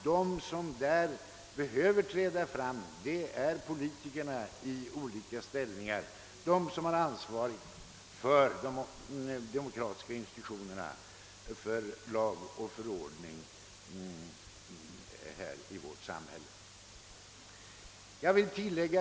De som därvidlag måste träda fram är just politikerna i olika ställningar, de som har ansvaret för de demokratiska institutionerna, ansvaret för lag och ordning i vårt samhälle.